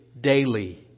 Daily